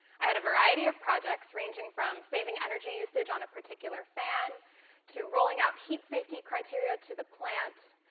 i had a variety of projects ranging from saving energy usage on a particular fan to rolling out heat safety criteria to the plant,